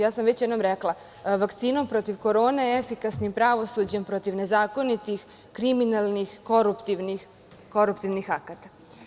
Već sam jednom rekla, vakcinom protiv korone, efikasnim pravosuđem protiv nezakonitih, kriminalnih, koruptivnih akata.